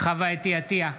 חוה אתי עטייה,